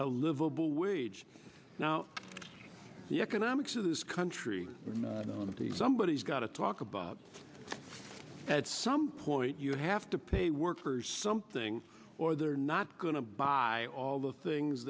a livable wage now the economics of this country somebody's got to talk about it at some point you have to pay workers something or they're not going to buy all the things